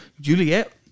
Juliet